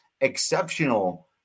exceptional